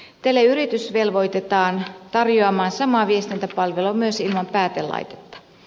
teleyritys velvoitetaan tarjoamaan sama viestintäpalvelu myös ilman päätelaitetta